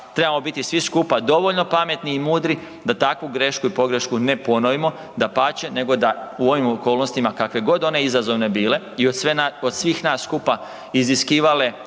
trebamo biti svi skupa dovoljno pametni i mudri da taku grešku i pogrešku ne ponovimo, dapače nego da u ovim okolnostima kakve god one izazove bile i od svih nas skupa iziskivale